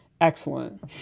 excellent